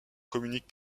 communique